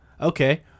Okay